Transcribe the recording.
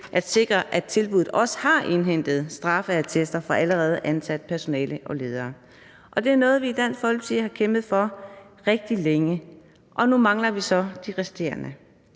at sikre, at tilbuddet også har indhentet straffeattester fra allerede ansatte personaler og ledere. Det er noget, vi i Dansk Folkeparti har kæmpet for rigtig længe, og nu mangler vi så det resterende.